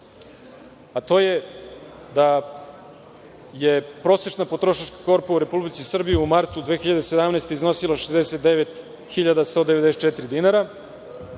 a to je da je prosečna potrošačka korpa u Republici Srbiji, u martu 2017. godine, iznosila 69.194,00 dinara,